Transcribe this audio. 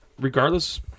regardless